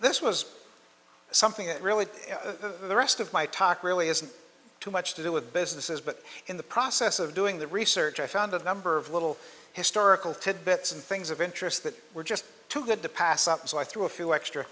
this was something that really the rest of my talk really isn't too much to do with businesses but in the process of doing the research i found a number of little historical tidbits and things of interest that were just too good to pass up so i threw a few extra